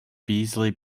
beasley